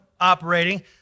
operating